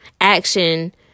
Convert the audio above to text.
action